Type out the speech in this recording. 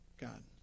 God